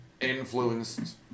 influenced